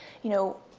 you know,